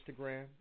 Instagram